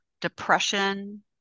depression